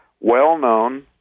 well-known